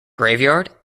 graveyard